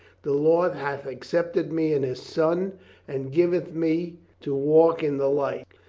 the lord hath accepted me in his son and given me to walk in the light.